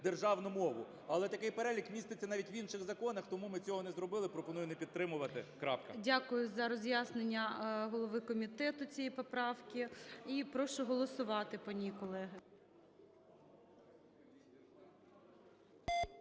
державну мову. Але такий перелік міститься навіть в інших законах, тому ми цього не зробили. Пропоную не підтримувати. Крапка. ГОЛОВУЮЧИЙ. Дякую за роз'яснення голови комітету цієї поправки. І прошу голосувати по ній, колеги.